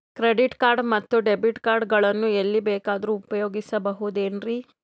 Credit card ಮತ್ತು debit card ಗಳನ್ನು ಎಲ್ಲಿ ಬೇಕಾದ್ರು ಉಪಯೋಗಿಸಬಹುದೇನ್ರಿ?